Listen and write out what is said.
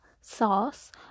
sauce